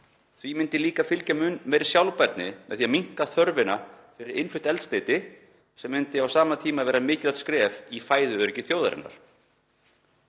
Því myndi líka fylgja mun meiri sjálfbærni með því að minnka þörfina fyrir innflutt eldsneyti sem gæti á sama tíma orðið mikilvægt skref í fæðuöryggi þjóðarinnar.